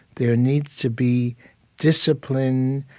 there needs to be discipline,